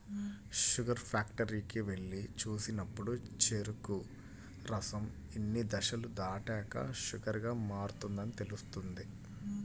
sugar ఫ్యాక్టరీకి వెళ్లి చూసినప్పుడు చెరుకు రసం ఇన్ని దశలు దాటాక షుగర్ గా మారుతుందని తెలుస్తుంది